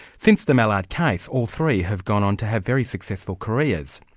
since the mallard case, all three have gone on to have very successful careers.